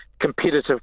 competitive